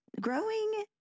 Growing